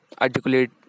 articulate